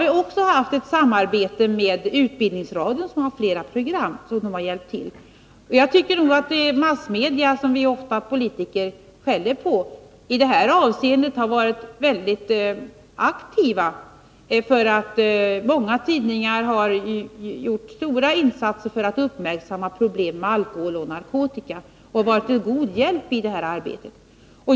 Vi har också haft samarbete med Utbildningsradion, som har haft flera program i sammanhanget. Jag tycker att massmedierna, som vi politiker ofta skäller på, i det här avseendet har varit mycket aktiva. Många tidningar har gjort stora insatser för att fästa uppmärksamheten på problemen med alkohol och narkotika och därmed varit till god hjälp i arbetet.